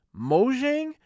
Mojang